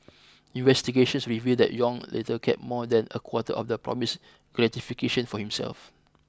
investigations revealed that Yong later kept more than a quarter of the promised gratification for himself